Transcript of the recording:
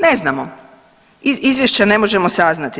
Ne znamo, iz izvješća ne možemo saznati.